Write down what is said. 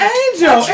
angel